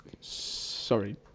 Sorry